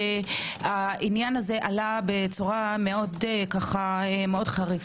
העניין הזה עלה בצורה מאוד חריפה,